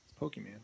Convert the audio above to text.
Pokemon